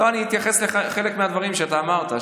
אני אתייחס לחלק מהדברים שאמרת,